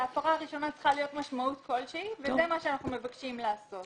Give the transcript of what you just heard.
להפרה הראשונה צריכה להיות משמעות כלשהי וזה מה שאנחנו מבקשים לעשות.